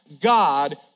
God